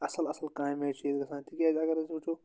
اَصل اصل کامہِ چھِ ییتہِ گژھانِ تکیاز اگر أسۍ وچھو